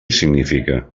significa